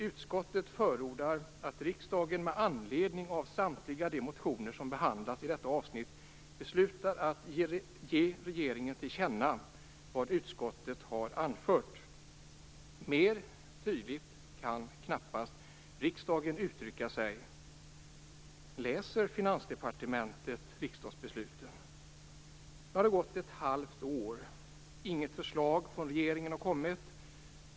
Utskottet förordar att riksdagen med anledning av samtliga de motioner som behandlas i detta avsnitt beslutar att ge regeringen till känna vad utskottet anfört." Mer tydligt kan knappast riksdagen uttrycka sig! Läser man riksdagsbesluten på Finansdepartementet? Nu har det gått ett halvt år, och inget förslag från regeringen har kommit.